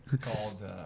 Called